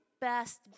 best